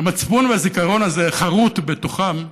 שהמצפון והזיכרון הזה חרות בתוכם,